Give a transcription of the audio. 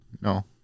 No